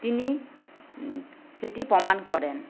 তিনি সেটি প্রমাণ করেন